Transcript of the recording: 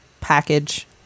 package